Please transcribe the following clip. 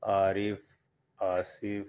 Arif Asif